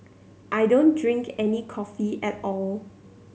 I don't drink any coffee at all